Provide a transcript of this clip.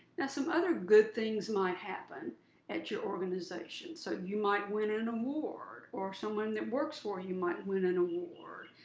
now some other good things might happen at your organization so you might win an award or someone that works for you might win an award.